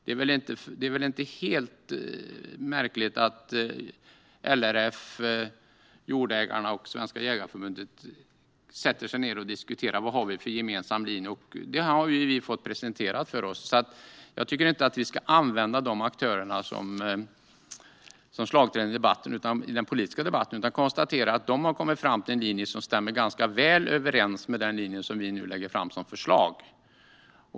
Det är väl inte alldeles märkligt att LRF, Jordägareförbundet och Svenska Jägareförbundet sätter sig ned och diskuterar en gemensam linje. Detta är också något vi har fått presenterat för oss. Jag tycker inte att vi ska använda dessa aktörer som slagträn i den politiska debatten. Man kan i stället konstatera att de har kommit fram till en linje som stämmer ganska väl överens med den linje som vi nu lägger fram som förslag.